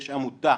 יש עמותה